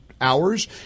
hours